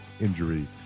injury